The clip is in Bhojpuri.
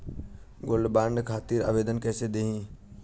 गोल्डबॉन्ड खातिर आवेदन कैसे दिही?